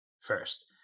first